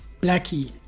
Blackie